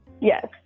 Yes